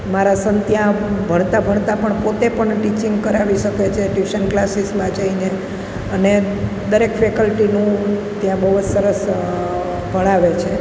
મારા સન ત્યાં ભણતા ભણતા પણ પોતે પણ ટીચિંગ કરાવી શકે છે ટ્યૂશન ક્લાસીસમાં જઈને અને દરેક ફેકલ્ટિનું ત્યાં બહુ જ સરસ ભણાવે છે